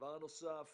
דבר נוסף,